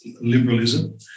liberalism